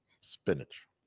spinach